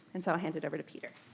and so i hand it over to peter.